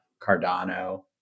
Cardano